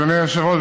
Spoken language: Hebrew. אדוני היושב-ראש,